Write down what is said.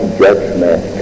judgment